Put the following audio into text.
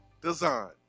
Design